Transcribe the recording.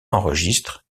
enregistre